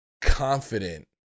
confident